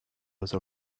other